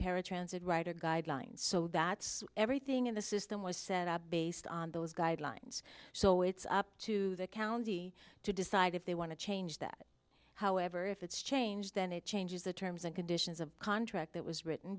paratransit right are guidelines so that's everything in the system was set up based on those guidelines so it's up to the county to decide if they want to change that however if it's change then it changes the terms and conditions of contract that was written